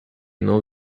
know